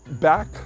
back